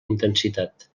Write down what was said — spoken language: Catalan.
intensitat